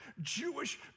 Jewish